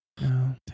No